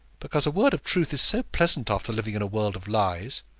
because a word of truth is so pleasant after living in a world of lies.